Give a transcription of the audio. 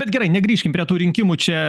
bet gerai negrįškim prie tų rinkimų čia